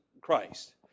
Christ